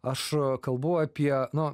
aš kalbu apie nu